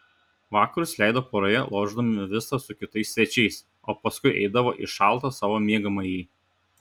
vakarus leido poroje lošdami vistą su kitais svečiais o paskui eidavo į šaltą savo miegamąjį